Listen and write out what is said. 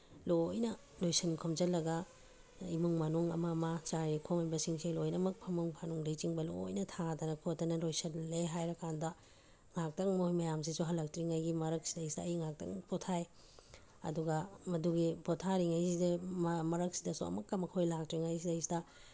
ꯂꯣꯏꯅ ꯂꯣꯏꯁꯟ ꯈꯣꯝꯖꯜꯂꯒ ꯏꯃꯨꯡ ꯃꯅꯨꯡ ꯑꯃ ꯑꯃ ꯆꯥꯏꯔꯤ ꯈꯣꯠꯂꯤꯕꯁꯤꯡꯁꯤ ꯂꯣꯏꯅꯃꯛ ꯐꯃꯨꯡ ꯐꯥꯅꯨꯡꯗꯒꯤ ꯆꯤꯡꯕ ꯂꯣꯏꯅ ꯊꯥꯗꯅ ꯈꯣꯠꯇꯅ ꯂꯣꯏꯁꯤꯜꯂꯦ ꯍꯥꯏꯔꯀꯥꯟꯗ ꯉꯥꯏꯍꯥꯛꯇꯪ ꯃꯣꯏ ꯃꯌꯥꯝꯁꯤꯁꯨ ꯍꯜꯂꯛꯇ꯭ꯔꯤꯉꯩꯒꯤ ꯃꯔꯛꯁꯤꯗꯩꯗ ꯑꯩ ꯉꯥꯏꯍꯥꯛꯇꯪ ꯄꯣꯊꯥꯏ ꯑꯗꯨꯒ ꯃꯗꯨꯒꯤ ꯄꯣꯊꯥꯔꯤꯉꯩꯁꯤꯗ ꯃꯔꯛꯁꯤꯗꯁꯨ ꯑꯃꯨꯛꯀ ꯃꯈꯣꯏ ꯂꯥꯛꯇ꯭ꯔꯤꯉꯩꯁꯤꯗꯩꯗ